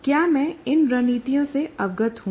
क्या मैं इन रणनीतियों से अवगत हूं